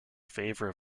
favour